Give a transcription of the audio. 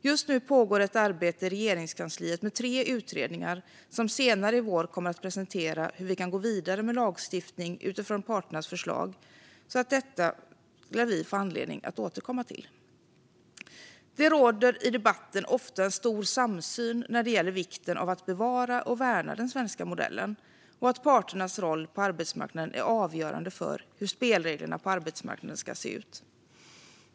Just nu pågår ett arbete i Regeringskansliet med tre utredningar som senare i vår kommer att presentera hur vi kan gå vidare med lagstiftning utifrån parternas förslag, så detta lär vi få anledning att återkomma till framöver. Det råder i debatten ofta en stor samsyn om vikten av att bevara och värna den svenska modellen och att parternas roll på arbetsmarknaden är avgörande för hur spelreglerna på arbetsmarknaden ska se ut.